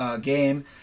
game